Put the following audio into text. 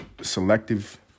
Selective